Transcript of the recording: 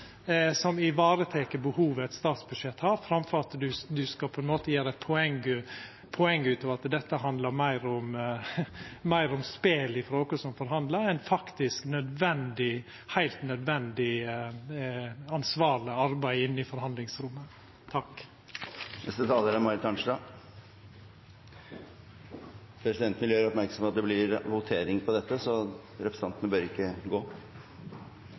som varetek behovet statsbudsjettet har, framfor på ein måte å gjera eit poeng av at det handlar meir om spel frå dei som forhandlar, enn faktisk heilt nødvendig, ansvarleg arbeid i forhandlingsrommet. Presidenten vil gjøre oppmerksom på at det blir votering over dette, så representantene bør ikke gå.